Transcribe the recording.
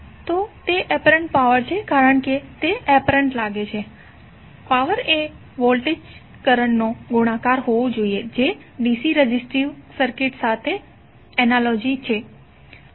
તો તે apparent power છે કારણ કે તે એપરન્ટ લાગે છે કે પાવર એ વોલ્ટેજ કરંટનો ગુણાકાર હોવો જોઈએ જે DC રેઝિસ્ટિવ સર્કિટ સાથે અનાલોજીથી છે